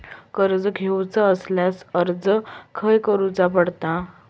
कर्ज घेऊचा असल्यास अर्ज खाय करूचो पडता?